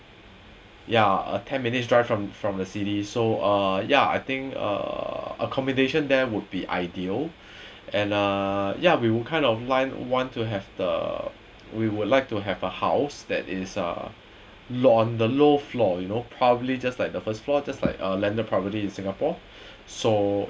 ya uh ten minutes drive from from the city so uh ya I think uh accommodation there would be ideal and uh ya we will kind of like want to have the we would like to have a house that is uh low on the low floor you know probably just like the first floor just like uh landed property in singapore so